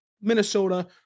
Minnesota